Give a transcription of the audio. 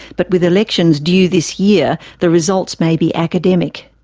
but with elections due this year, the results may be academic.